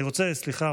סליחה,